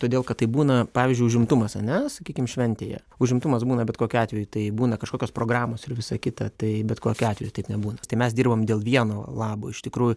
todėl kad tai būna pavyzdžiui užimtumas ane sakykim šventėje užimtumas būna bet kokiu atveju tai būna kažkokios programos ir visa kita tai bet kokiu atveju taip nebūna tai mes dirbam dėl vieno labo iš tikrųjų